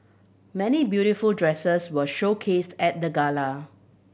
many beautiful dresses were showcased at the gala